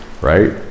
right